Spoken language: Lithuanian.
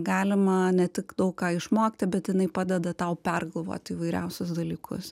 galima ne tik daug ką išmokti bet jinai padeda tau pergalvot įvairiausius dalykus